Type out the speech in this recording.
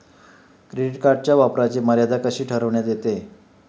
Credit कार्डच्या वापराची मर्यादा कशी ठरविण्यात येते?